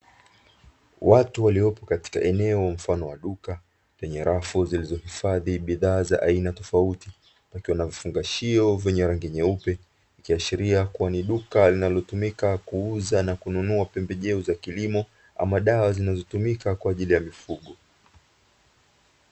Watu waliopo katika eneo mfano wa duka lenye rafu zilizohifadhi bidhaa za aina tofauti, zikiwa na vifungashio vyenye rangi nyeupe. Ikiashiria kuwa ni duka linalotumika kuuza na kununua pembejeo za kilimo ama dawa zinazotumika kwa ajili ya mifugo.